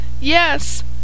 Yes